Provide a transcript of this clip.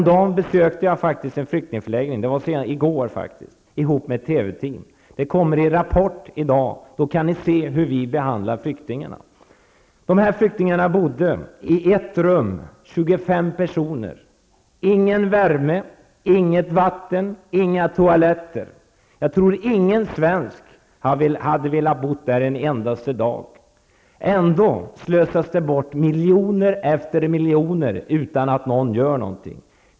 I går besökte jag en flyktingförläggning tillsammans med ett TV-team. I Rapport i dag kan ni se hur flyktingar behandlas: 25 personer i ett rum, ingen värme, inget vatten, inga toaletter. Jag tror ingen svensk hade velat bo där en endaste dag. Ändå slösas det bort miljoner efter miljoner utan att någon gör någonting.